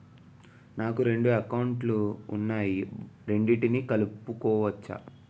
నాకు రెండు అకౌంట్ లు ఉన్నాయి రెండిటినీ కలుపుకోవచ్చా?